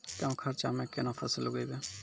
कम खर्चा म केना फसल उगैबै?